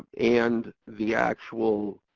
and the actual